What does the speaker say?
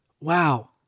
Wow